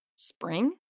Spring